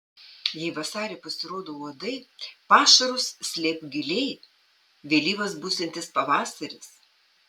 jei vasarį pasirodo uodai pašarus slėpk giliai vėlyvas būsiantis pavasaris